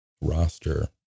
roster